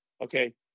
Okay